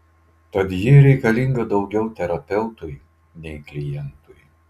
tad ji reikalinga daugiau terapeutui nei klientui